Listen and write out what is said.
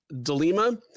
Delima